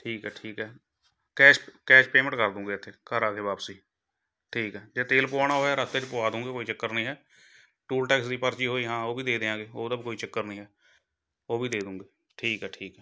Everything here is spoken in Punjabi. ਠੀਕ ਹੈ ਠੀਕ ਹੈ ਕੈਸ਼ ਕੈਸ਼ ਪੇਮੈਂਟ ਕਰ ਦੂਗੇ ਇੱਥੇ ਘਰ ਆ ਕੇ ਵਾਪਸੀ ਠੀਕ ਹੈ ਜੇ ਤੇਲ ਪਵਾਉਣਾ ਹੋਇਆ ਰਸਤੇ 'ਚ ਪਵਾ ਦੂਗੇ ਕੋਈ ਚੱਕਰ ਨਹੀਂ ਹੈ ਟੂਲ ਟੈਕਸ ਦੀ ਪਰਚੀ ਹੋਈ ਹਾਂ ਉਹ ਵੀ ਦੇ ਦਿਆਂਗੇ ਉਹਦਾ ਵੀ ਕੋਈ ਚੱਕਰ ਨਹੀਂ ਹੈ ਉਹ ਵੀ ਦੇ ਦੂਗੇ ਠੀਕ ਹੈ ਠੀਕ ਹੈ